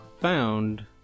found